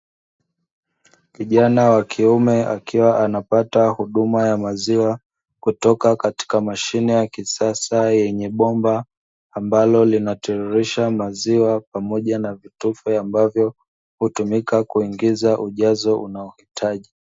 kijana wa kiume akiwa anapata huduma ya maziwa kutoka katika mashine ya kisasa yenye bomba ambalo linatiririsha maziwa, pamoja na vitufe ambavyo hutumika kuingiza ujazo unaohitaji.